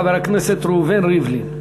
חבר הכנסת ראובן ריבלין.